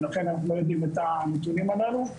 ולכן אנחנו לא יודעים את הנתונים הללו,